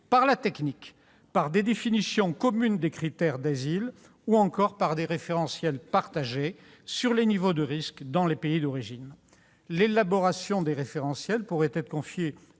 par la technique, par des définitions communes des critères d'asile, ou encore par des référentiels partagés relatifs aux niveaux de risques dans les pays d'origine. L'élaboration de ces référentiels pourrait être confiée